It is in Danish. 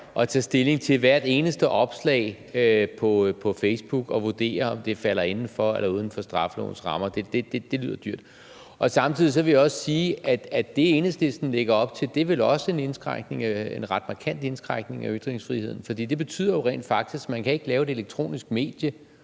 og tage stilling til hvert eneste opslag på Facebook og vurdere, om det falder inden for eller uden for straffelovens rammer, lyder det dyrt. Samtidig vil jeg også sige, at det, Enhedslisten lægger op til, vel også er en indskrænkning, en ret markant indskrænkning, af ytringsfriheden, for det betyder jo rent faktisk, at man ikke kan lave et elektronisk medie